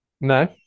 No